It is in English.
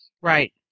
Right